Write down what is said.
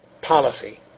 policy